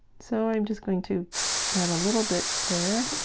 so i'm just going to add a little bit there